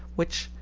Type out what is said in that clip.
which,